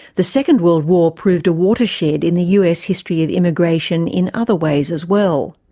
the second world war proved a watershed in the us history of immigration in other ways as well.